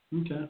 Okay